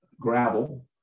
gravel